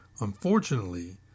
Unfortunately